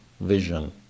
vision